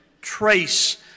trace